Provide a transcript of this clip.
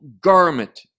garment